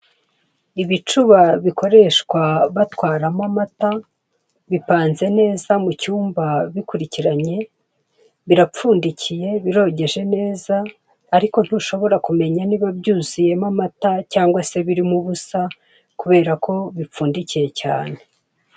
Ibicuba bikoreshwa bikoreshwa batwaramo amata, bipanze neza mu cyumba bikurikiranye birapfundikiye, birogeje neza ariko ntushobora kumenya niba byuzuyemo amata cyangwa se birimo ubusa kuberako bipfundikiye cyane.